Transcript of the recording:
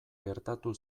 gertatu